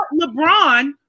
LeBron